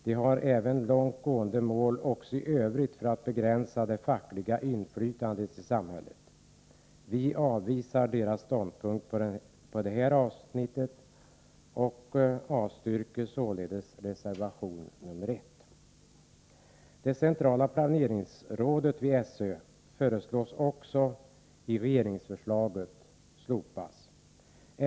De har även långtgående mål i övrigt för att begränsa det fackliga inflytandet i samhället. Vi avvisar deras ståndpunkt avseende detta avsnitt och yrkar således avslag på reservation nr 1. Regeringen föreslår vidare att det centrala planeringsrådet vid SÖ skall slopas.